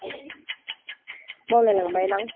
बावलायलांबायलां